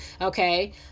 okay